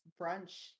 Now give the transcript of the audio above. brunch